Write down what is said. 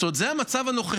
זאת אומרת, זה המצב הנוכחי.